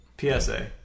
PSA